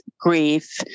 Grief